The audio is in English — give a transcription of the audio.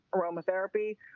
aromatherapy